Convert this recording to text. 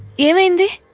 even the